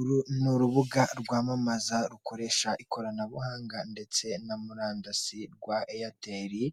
Uru ni urubuga rwamamaza rukoresha ikoranabuhanga ndetse na murandasi rwa eyateri